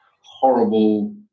horrible